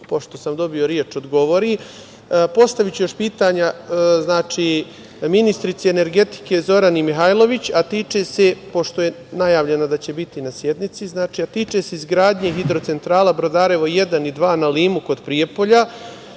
pošto sam dobio reč, odgovori, postaviću još pitanja ministarki energetike Zorani Mihajlović, a tiče se, pošto je najavljeno da će biti na sednici, a tiče se izgradnje HE Brodarevo 1. i 2. na Limu, kod Prijepolja.